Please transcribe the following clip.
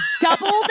doubled